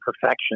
perfection